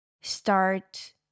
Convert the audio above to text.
start